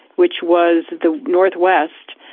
which was the north-west,